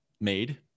made